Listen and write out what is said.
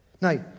Now